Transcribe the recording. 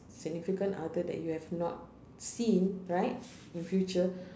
significant other that you have not seen right in future